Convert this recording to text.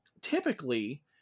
typically